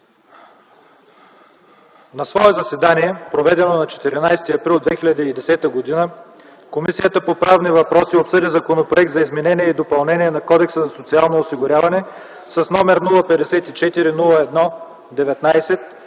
„На свое заседание, проведено на 14 април 2010 г., Комисията по правни въпроси обсъди законопроект за изменение и допълнение на Кодекса за социално осигуряване, № 054-01-19,